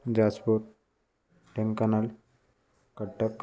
Jajpur Dhenkanal Cuttack